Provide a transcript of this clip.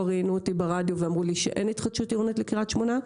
ראיינו אותי ברדיו ואמרו לי שאין התחדשות עירונית לקריית שמונה.